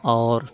اور